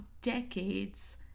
decades